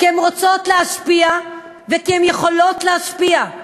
כי הן רוצות להשפיע וכי הן יכולות להשפיע.